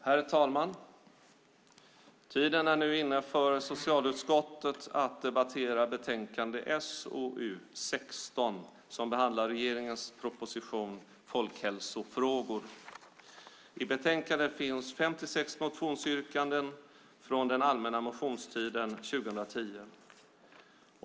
Herr talman! Tiden är nu inne för socialutskottet att debattera betänkande SoU16, som behandlar regeringens proposition Folkhälsofrågor . I betänkandet finns 56 motionsyrkanden från den allmänna motionstiden 2010.